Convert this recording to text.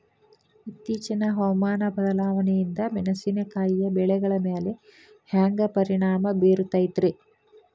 ಇತ್ತೇಚಿನ ಹವಾಮಾನ ಬದಲಾವಣೆಯಿಂದ ಮೆಣಸಿನಕಾಯಿಯ ಬೆಳೆಗಳ ಮ್ಯಾಲೆ ಹ್ಯಾಂಗ ಪರಿಣಾಮ ಬೇರುತ್ತೈತರೇ?